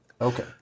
Okay